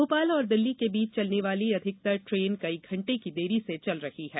भोपाल और दिल्ली के बीच चलने वाली अधिकतर ट्रेन कई घंटे की देरी से चल रही है